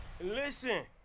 Listen